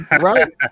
right